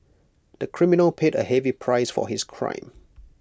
the criminal paid A heavy price for his crime